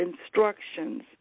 instructions